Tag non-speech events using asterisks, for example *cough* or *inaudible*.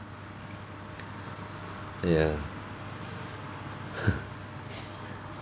ya *breath*